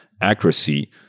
accuracy